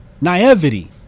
naivety